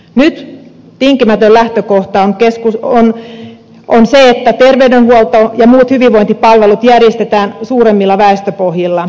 nyt tinkimätön lähtökohta on se että terveydenhuolto ja muut hyvinvointipalvelut järjestetään suuremmilla väestöpohjilla